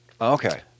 Okay